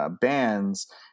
bands